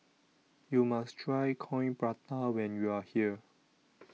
YOU must Try Coin Prata when YOU Are here